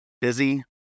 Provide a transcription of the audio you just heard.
busy